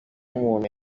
umuntu